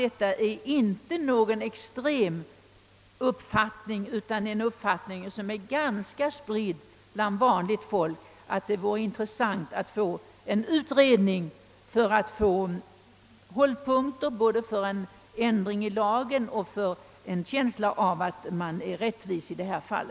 Det är inte någon extrem uppfattning utan en åsikt som är ganska spridd bland vanligt folk att det vore intressant med en utredning för att få hållpunkter för en ändring i lagen som skulle kunna skapa rättvisa i detta fall.